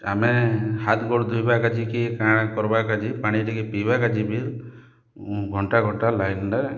ଆମେ ହାତ୍ ଗୋଡ଼୍ ଧୁଇବା କେ ଯେ କି କାଣା କର୍ବା କେ ଯେ ପାଣି ଟିକେ ପିଇବା କେ ଯେ ବି ଘଣ୍ଟା ଘଣ୍ଟା ଲାଇନ୍ରେ